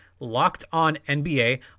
LOCKEDONNBA